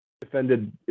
defended